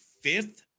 fifth